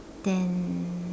then